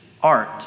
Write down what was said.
art